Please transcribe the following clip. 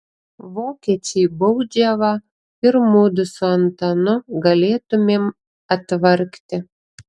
vokiečiui baudžiavą ir mudu su antanu galėtumėm atvargti